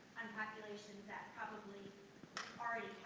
populations that probably already